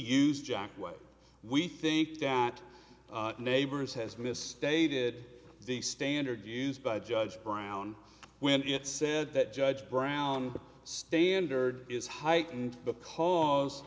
used jack way we think that neighbors has misstated the standard used by judge brown when it said that judge brown standard is heightened because